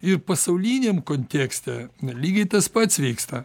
ir pasauliniam kontekste lygiai tas pats vyksta